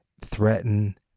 threaten